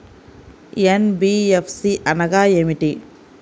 NBFC అనగా ఏమిటీ?